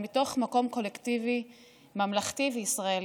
מתוך מקום קולקטיבי ממלכתי וישראלי.